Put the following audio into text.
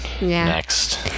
next